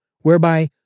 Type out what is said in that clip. whereby